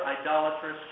idolatrous